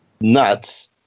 nuts